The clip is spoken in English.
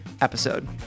episode